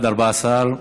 בעד, 14,